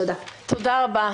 תודה רבה.